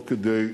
לא כדי,